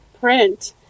print